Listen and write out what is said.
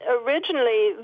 originally